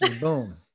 boom